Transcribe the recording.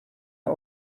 are